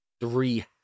Three